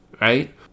right